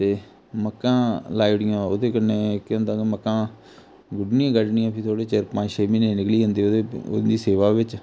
ते मक्कां लाई ओड़ियां ओह्दे कन्नै केह् होंदा कि मक्कां गुड्ढनी गाड्ढनियां फिर थोह्ड़े चिर पंज छे म्हीने निकली जंदे ओह्दी उं'दी सेवा बिच्च